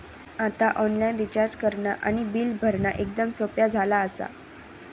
आता online recharge करणा आणि बिल भरणा एकदम सोप्या झाला आसा